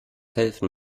helfen